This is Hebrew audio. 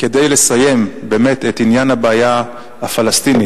כדי לסיים באמת את עניין הבעיה הפלסטינית,